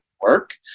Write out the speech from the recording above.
work